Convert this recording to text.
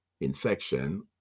infection